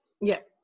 Yes